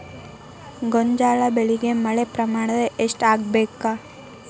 ಗೋಂಜಾಳ ಬೆಳಿಗೆ ಮಳೆ ಪ್ರಮಾಣ ಎಷ್ಟ್ ಆಗ್ಬೇಕ?